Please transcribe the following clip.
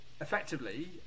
effectively